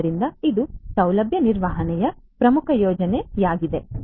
ಆದ್ದರಿಂದ ಇದು ಸೌಲಭ್ಯ ನಿರ್ವಹಣೆಯ ಪ್ರಮುಖ ಪ್ರಯೋಜನವಾಗಿದೆ